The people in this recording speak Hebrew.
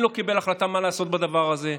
לא קיבל החלטה מה לעשות בדבר הזה.